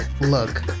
look